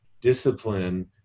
discipline